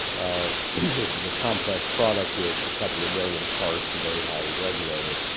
this is a complex product with a couple of million parts, and very highly regulated,